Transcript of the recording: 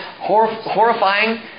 horrifying